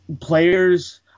players